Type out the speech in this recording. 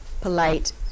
polite